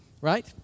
right